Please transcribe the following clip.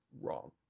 wrong